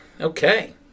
Okay